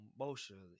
emotionally